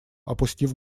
опустив